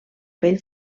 pell